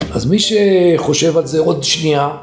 אז מי שחושב על זה, עוד שנייה.